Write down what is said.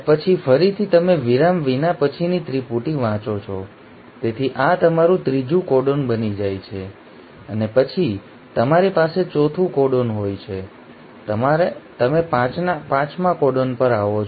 પછી ફરીથી તમે વિરામ વિના પછીની ત્રિપુટી વાંચો છો તેથી આ તમારું ત્રીજું કોડોન બની જાય છે અને પછી તમારી પાસે ચોથું કોડોન હોય છે અને પછી તમે પાંચમા કોડોન પર આવો છો